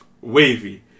Wavy